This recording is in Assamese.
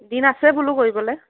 দিন আছে বোলো কৰিবলৈ